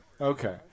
Okay